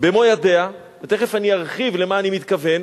במו ידיה, ותיכף אני ארחיב למה אני מתכוון,